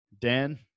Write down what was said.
dan